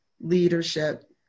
leadership